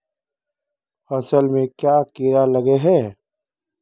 फसल में क्याँ कीड़ा लागे है?